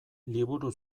liburu